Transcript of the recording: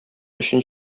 өчен